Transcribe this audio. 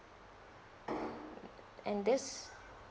and this